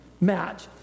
match